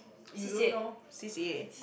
you don't know C_C_A